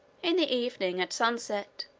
in the evening, at sunset,